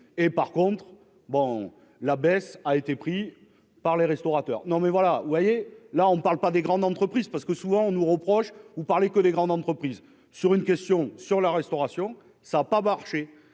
et, par contre, bon, la baisse a été pris par les restaurateurs non mais voilà, vous voyez, là on ne parle pas des grandes entreprises, parce que souvent on nous reproche ou parler que des grandes entreprises sur une question sur la restauration, ça a pas marché,